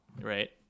right